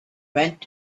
went